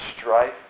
strife